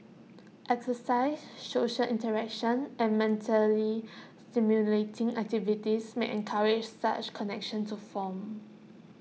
exercise social interaction and mentally stimulating activities may encourage such connections to form